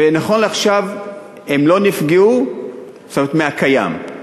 ונכון לעכשיו הם לא נפגעו, זאת אומרת, מהקיים.